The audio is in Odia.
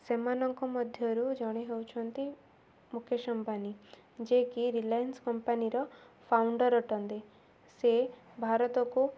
ସେମାନଙ୍କ ମଧ୍ୟରୁ ଜଣେ ହେଉଛନ୍ତି ମୁକେଶ ଅମ୍ବାନୀ ଯିଏକି ରିଲାଏନ୍ସ କମ୍ପାନୀର ଫାଉଣ୍ଡର୍ ଅଟନ୍ତି ସେ ଭାରତକୁ